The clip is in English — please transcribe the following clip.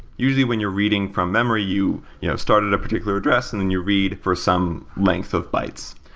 usually, when you're reading from memory, you you know started a particular address and then you read for some length of bytes.